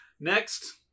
next